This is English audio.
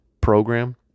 program